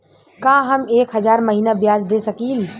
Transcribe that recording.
का हम एक हज़ार महीना ब्याज दे सकील?